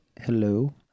hello